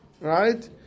right